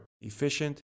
efficient